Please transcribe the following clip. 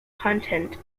content